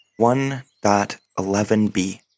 1.11b